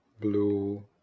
blue